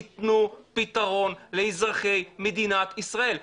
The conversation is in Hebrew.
תנו פתרון לאזרחי מדינת ישראל,